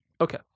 Okay